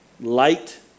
Light